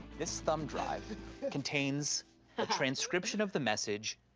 this thumb drive contains a transcription of the message,